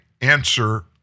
answer